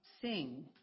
sing